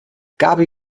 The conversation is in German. gaby